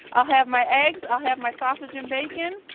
i'll have my eggs, i'll have my sausage and bacon,